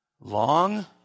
long